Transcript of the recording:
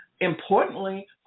importantly